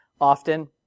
often